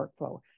workflow